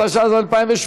התשע"ז 2017,